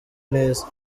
neza